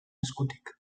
eskutik